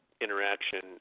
interaction